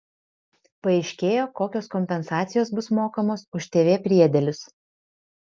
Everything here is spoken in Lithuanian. paaiškėjo kokios kompensacijos bus mokamos už tv priedėlius